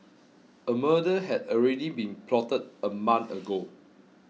a murder had already been plotted a month ago